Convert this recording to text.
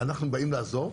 אנחנו באים לעזור,